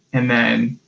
and then,